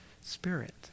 Spirit